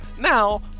now